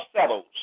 settles